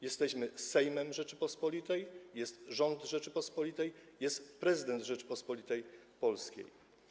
Jesteśmy Sejmem Rzeczypospolitej, jest rząd Rzeczypospolitej, jest prezydent Rzeczypospolitej Polskiej.